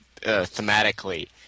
thematically